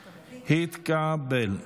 נתקבלה.